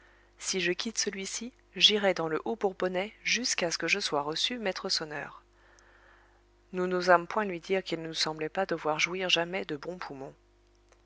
si je quitte celui-ci j'irai dans le haut bourbonnais jusqu'à ce que je sois reçu maître sonneur nous n'osâmes point lui dire qu'il ne nous semblait pas devoir jouir jamais de bons poumons